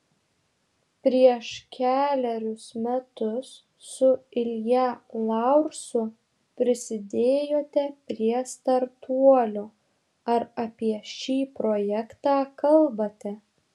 prieš kelerius metus su ilja laursu prisidėjote prie startuolio ar apie šį projektą kalbate